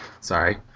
Sorry